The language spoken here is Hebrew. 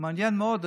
מעניין מאוד,